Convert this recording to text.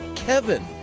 kevin.